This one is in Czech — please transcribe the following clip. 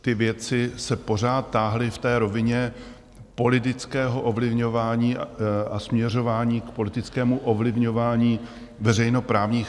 Ty věci se pořád táhly v té rovině politického ovlivňování a směřování k politickému ovlivňování veřejnoprávních médií.